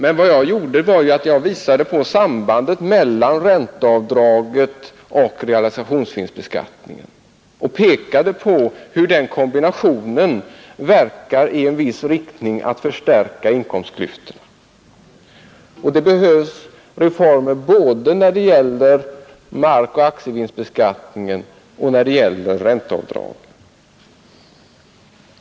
Men vad jag gjorde var att jag visade på sambandet mellan ränteavdraget och realisationsvinstbeskattningen och pekade på hur den kombinationen verkar i riktning mot att förstärka inkomstklyftorna. Det behövs reformer både när det gäller markoch aktievinstbeskattningen och när det gäller ränteavdrag.